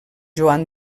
joan